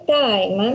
time